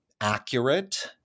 accurate